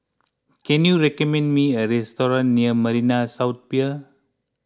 can you recommend me a restaurant near Marina South Pier